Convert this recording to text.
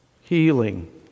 Healing